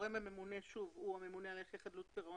הגורם הממונה הוא הממונה על הליכי חדלות פירעון